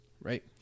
right